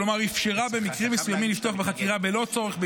כלומר אפשרה במקרים מסוימים לפתוח בחקירה בלא צורך באישורה.